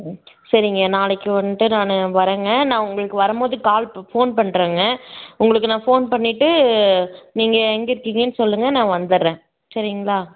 ம் சரிங்க நாளைக்கு வந்துட்டு நான் வரேங்க நான் உங்களுக்கு வரும்போது கால் ப ஃபோன் பண்ணுறேங்க உங்களுக்கு நான் ஃபோன் பண்ணிவிட்டு நீங்கள் எங்கே இருக்கீங்கன்னு சொல்லுங்கள் நான் வந்துடுறேன் சரிங்களா